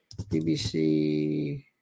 BBC